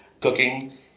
cooking